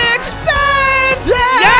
Expanded